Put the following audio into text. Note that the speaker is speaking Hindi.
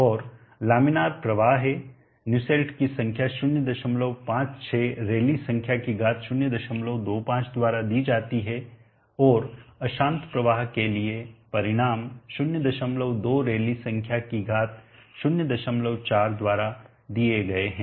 और लामिनार प्रवाह है न्यूसेल्ट की संख्या 056 रैली संख्या की घात 025 द्वारा दी जाती है और अशांत प्रवाह के लिए परिणाम 02 रैली संख्या की घात 04 द्वारा दिए गए है